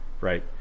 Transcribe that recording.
right